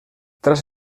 tras